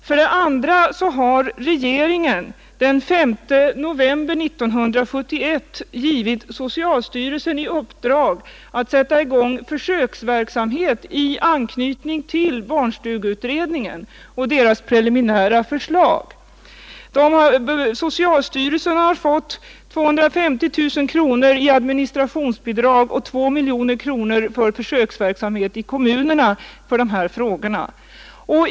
För det andra har regeringen den 5 november 1971 givit socialstyrelsen i uppdrag att sätta i gång försöksverksamhet i anknytning till barnstugeutredningens preliminära förslag. Socialstyrelsen har fått 250 000 kronor i administrationsbidrag och 2 miljoner kronor till försöksverksamhet i kommunerna i det här sammanhanget.